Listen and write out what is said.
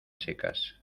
secas